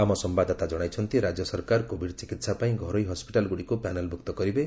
ଆମ ସମ୍ଭାଦଦାତା ଜଣାଇଛନ୍ତି ରାଜ୍ୟ ସରକାର କୋଭିଡ ଚିକିତ୍ସା ପାଇଁ ଘରୋଇ ହସପିଟାଲ ଗୁଡିକୁ ପ୍ୟାନେଲଭୁକ୍ତ କରିବେ